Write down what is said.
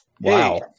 Wow